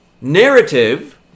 narrative